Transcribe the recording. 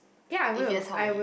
if yes how many